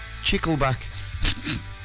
Chickleback